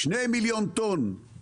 שני מיליון טון,